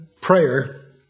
prayer